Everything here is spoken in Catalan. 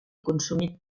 consumit